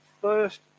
first